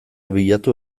bilatu